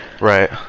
Right